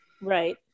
Right